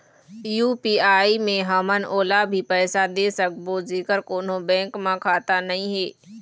UPI मे हमन ओला भी पैसा दे सकबो जेकर कोन्हो बैंक म खाता नई हे?